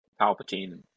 Palpatine